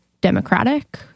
democratic